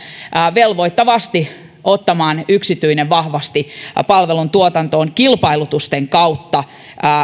velvoittavasti ottamaan yksityinen vahvasti palvelutuotantoon kilpailutusten kautta